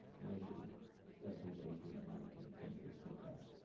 mainly seventeenth, eighteenth, nineteenth century french art.